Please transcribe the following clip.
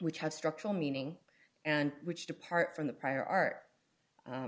which have structural meaning and which depart from the prior art